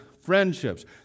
friendships